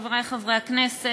חברי חברי הכנסת,